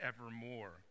evermore